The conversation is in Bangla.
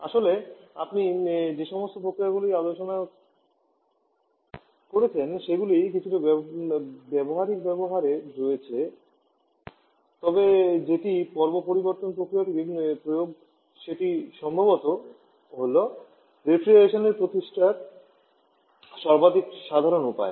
আসলে আপনি যে সমস্ত প্রক্রিয়াগুলি আলোচনা করেছেন সেগুলি কিছুটা ব্যবহারিক ব্যবহারে রয়েছে তবে যেটি পর্ব পরিবর্তন প্রক্রিয়াটির প্রয়োগ সেটি সম্ভবত হল রেফ্রিজারেশন প্রতিষ্ঠার সর্বাধিক সাধারণ উপায়